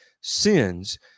sins